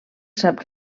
sap